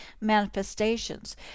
manifestations